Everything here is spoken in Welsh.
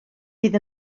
fydd